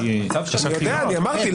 אני יודע, אני אמרתי.